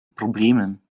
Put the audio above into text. problemen